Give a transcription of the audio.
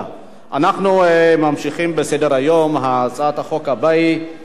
42. הצעת חוק סדר הדין הפלילי (סמכויות אכיפה,